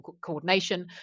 coordination